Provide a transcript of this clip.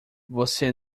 você